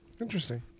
Interesting